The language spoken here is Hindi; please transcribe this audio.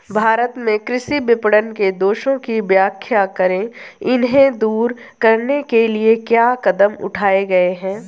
भारत में कृषि विपणन के दोषों की व्याख्या करें इन्हें दूर करने के लिए क्या कदम उठाए गए हैं?